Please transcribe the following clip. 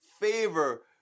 favor